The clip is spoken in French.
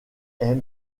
est